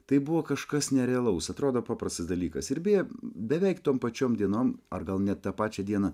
tai buvo kažkas nerealaus atrodo paprastas dalykas ir beje beveik tom pačiom dienom ar gal net tą pačią dieną